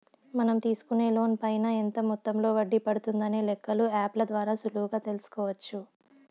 మనం తీసుకునే లోన్ పైన ఎంత మొత్తంలో వడ్డీ పడుతుందనే లెక్కలు యాప్ ల ద్వారా సులువుగా తెల్సుకోవచ్చు